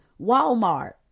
walmart